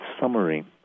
summary